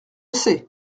sais